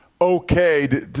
okay